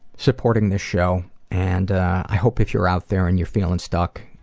supporting this show, and i hope if you're out there and you're feeling stuck,